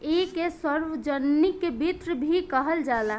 ऐइके सार्वजनिक वित्त भी कहल जाला